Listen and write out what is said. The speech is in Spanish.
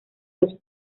dos